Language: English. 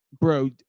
Bro